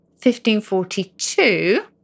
1542